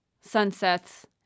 sunsets